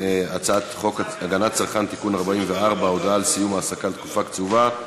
הצעת חוק הגנת הצרכן (תיקון מס' 44) (הודעה על סיום עסקה לתקופה קצובה),